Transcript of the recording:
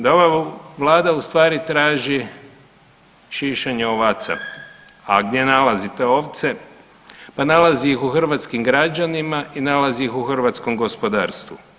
Da ova Vlada ustvari traži šišanje ovaca, a gdje nalazi te ovce pa nalazi ih u hrvatskim građanima i nalazi ih u hrvatskom gospodarstvu.